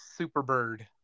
Superbird